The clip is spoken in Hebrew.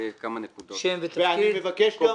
לענות מה